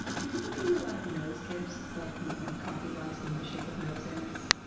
do people give you a lot of nose gifts, like coffee mugs in the shape of noses?